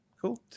Cool